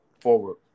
forward